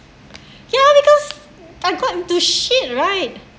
ya because I got into shit right